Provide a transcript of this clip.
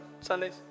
Sundays